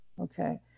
okay